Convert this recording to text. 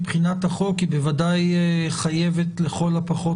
מבחינת החוק היא בוודאי חייבת לכל הפחות